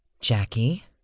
Jackie